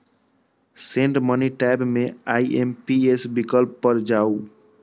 send money tab मे IMPS विकल्प पर जाउ